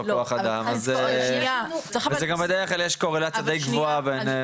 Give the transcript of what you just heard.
כוח אדם וזה גם בדרך כלל יש קורלציה די גבוהה.